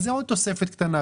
אז זה עוד תוספת קטנה.